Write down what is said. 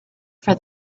for